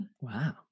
Wow